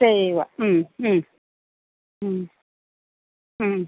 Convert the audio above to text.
ചെയ്യുക